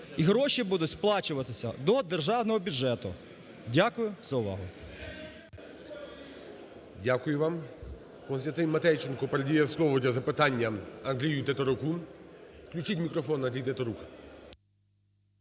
І гроші будуть сплачуватися до державного бюджету. Дякую за увагу. ГОЛОВУЮЧИЙ. Дякую вам. КостянтинМатейченко передає слово для запитання Андрію Тетеруку. Включіть мікрофон, Андрій Тетерук.